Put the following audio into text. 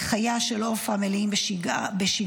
חייה של עפרה מלאים בשגרה.